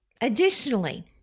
Additionally